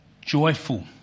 joyful